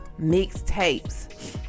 mixtapes